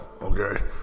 okay